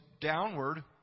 downward